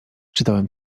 czytałem